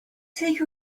take